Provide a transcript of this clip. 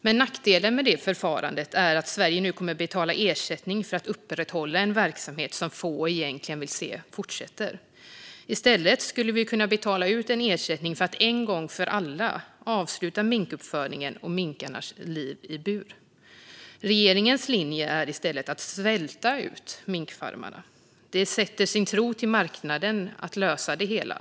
Men nackdelen med det förfarandet är att Sverige nu kommer att betala ersättning för att upprätthålla en verksamhet som få egentligen vill se fortsätta. I stället skulle vi kunna betala ut en ersättning för att en gång för alla avsluta minkuppfödningen och minkarnas liv i bur. Regeringens linje är i stället att svälta ut minkfarmarna. De sätter sin tro till att marknaden ska lösa det hela.